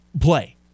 play